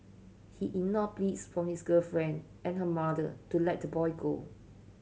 he ignored pleas from his girlfriend and her mother to let the boy go